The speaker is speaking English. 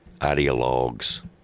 ideologues